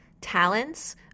talents